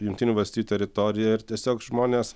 jungtinių valstijų teritorija ir tiesiog žmonės